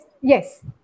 yes